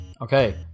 Okay